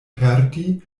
perdi